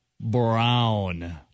Brown